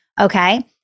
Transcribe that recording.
okay